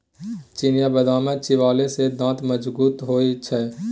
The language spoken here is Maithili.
चिनियाबदाम चिबेले सँ दांत मजगूत होए छै